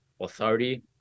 authority